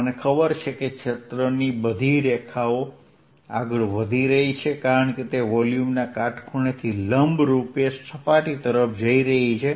મને ખબર છે કે ક્ષેત્રની રેખાઓ આગળ વધી રહી છે કારણ કે તે વોલ્યુમના કાટખૂણેથી લંબ રૂપે સપાટી તરફ જઈ રહી છે